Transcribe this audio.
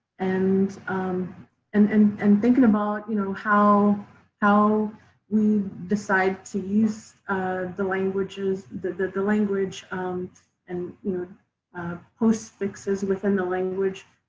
and um and and and thinking about you know how how we decide to use the languages, the the language um and you know post fixes within the language,